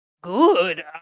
good